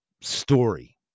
story